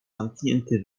zamknięty